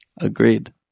Agreed